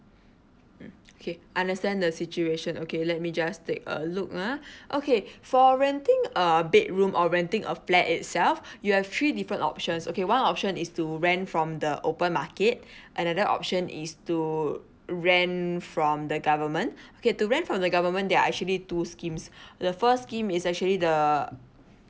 mm okay understand the situation okay let me just take a look ah okay for renting uh bedroom or renting a flat itself you have three different options okay one option is to rent from the open market another option is to rent from the government okay to rent from the government they are actually two schemes the first scheme is actually the